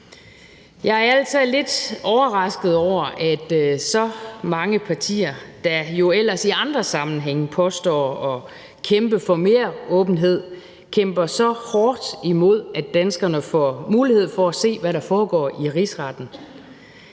Jeg er ærlig talt lidt overrasket over, at så mange partier, der jo ellers i andre sammenhænge påstår at kæmpe for mere åbenhed, kæmper så hårdt imod, at danskerne får mulighed for at se, hvad der foregår i Rigsretten.